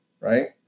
right